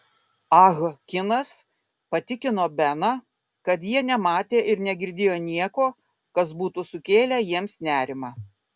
ah kinas patikino beną kad jie nematė ir negirdėjo nieko kas būtų sukėlę jiems nerimą